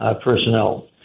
personnel